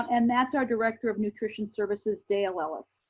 um and that's our director of nutrition services, dale ellis.